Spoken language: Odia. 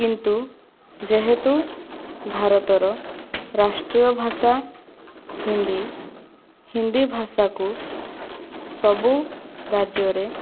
କିନ୍ତୁ ଯେହେତୁ ଭାରତର ରାଷ୍ଟ୍ରୀୟ ଭାଷା ହିନ୍ଦୀ ହିନ୍ଦୀ ଭାଷାକୁ ସବୁ ରାଜ୍ୟରେ